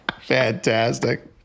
Fantastic